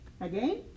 Again